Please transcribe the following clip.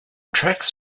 tracks